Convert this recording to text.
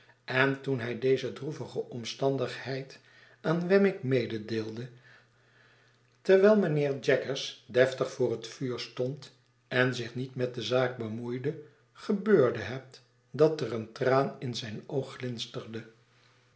en toen hij deze droevige omstandigheid aan wemmick mededeelde terwijl mijnheer jaggers deftig voor het vuur stond en zich niet met de zaak bemoeide gebemde het dat er een traan in zijn oog